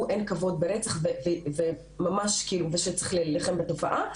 אין כבוד ברצח ושצריך להילחם בתופעה.